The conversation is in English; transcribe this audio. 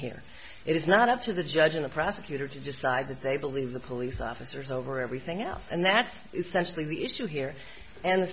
here it is not up to the judge and a prosecutor to decide that they believe the police officers over everything else and that's essentially the issue here and